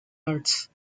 arts